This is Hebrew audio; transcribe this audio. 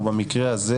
ובמקרה הזה,